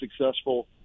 successful